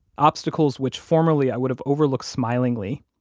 obstacles, which formerly i would have overlooked smilingly,